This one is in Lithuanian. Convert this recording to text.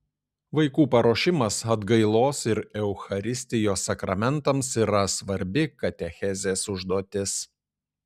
vaikų paruošimas atgailos ir eucharistijos sakramentams yra svarbi katechezės užduotis